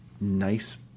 nice